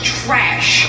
trash